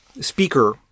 speaker